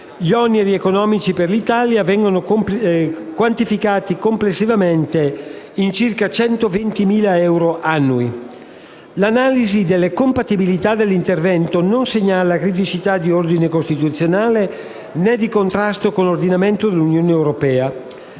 oneri economici per l'Italia vengono quantificati complessivamente in circa 120.000 euro annui. L'analisi delle compatibilità dell'intervento non segnala criticità di ordine costituzionale, né di contrasto con l'ordinamento dell'Unione europea.